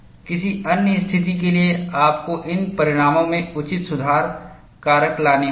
किसी अन्य स्थिति के लिए आपको उन परिणामों में उचित सुधार कारक लाने होंगे